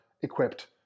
equipped